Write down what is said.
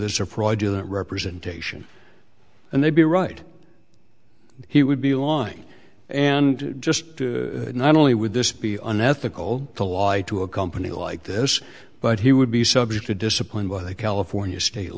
this a fraudulent representation and they'd be right he would be lying and just not only would this be unethical the law to a company like this but he would be subject to discipline by the california state